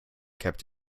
kept